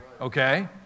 Okay